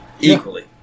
Equally